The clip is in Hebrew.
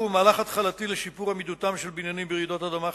הוא מהלך התחלתי לשיפור עמידותם של בניינים ברעידות אדמה חזקות,